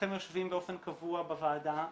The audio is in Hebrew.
שלושתכם יושבים באופן קבוע בוועדה,